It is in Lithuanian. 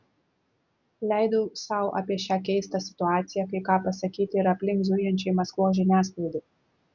leidau sau apie šią keistą situaciją kai ką pasakyti ir aplink zujančiai maskvos žiniasklaidai